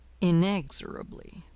Inexorably